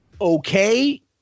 okay